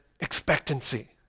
expectancy